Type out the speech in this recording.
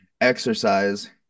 exercise